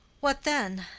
what then?